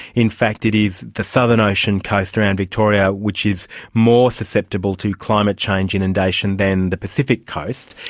in fact it is the southern ocean coast around victoria which is more susceptible to climate change inundation than the pacific coast.